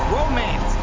Romance